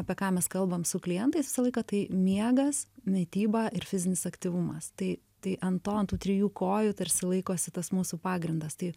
apie ką mes kalbam su klientais visą laiką tai miegas mityba ir fizinis aktyvumas tai tai an to ant tų trijų kojų tarsi laikosi tas mūsų pagrindas tai